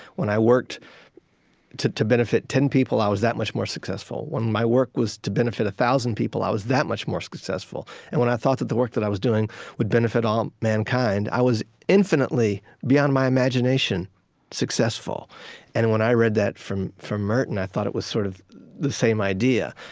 when i worked to to benefit ten people, i was that much more successful. when my work was to benefit a thousand people, i was that much more successful. and when i thought that the work that i was doing would benefit all mankind, i was infinitely beyond my imagination successful and when i read that from from merton, i thought it was sort of the same idea.